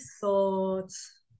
thoughts